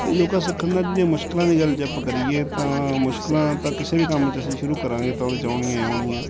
ਅਤੇ ਯੋਗਾ ਸਿੱਖਣ ਨਾਲ ਜਿਹੜੀਆਂ ਮੁਸ਼ਕਿਲਾਂ ਦੀ ਗੱਲ ਜੇ ਆਪਾਂ ਕਰੀਏ ਤਾਂ ਮੁਸ਼ਕਿਲਾਂ ਤਾਂ ਕਿਸੇ ਵੀ ਕੰਮ 'ਚ ਅਸੀਂ ਸ਼ੁਰੂ ਕਰਾਂਗੇ ਤਾਂ ਉਹਦੇ 'ਚ ਆਉਣਗੀਆਂ ਹੀ ਆਉਣਗੀਆਂ